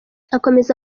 akomeza